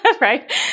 right